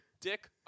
dick